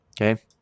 Okay